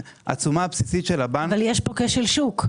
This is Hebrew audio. אבל יש פה כשל שוק,